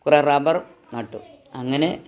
കുറേ റബ്ബർ നട്ടു അങ്ങനെ